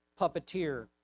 puppeteer